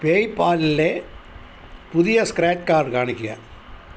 പേയ്പാലിലെ പുതിയ scratch card കാണിക്കുക